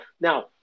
Now